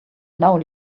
now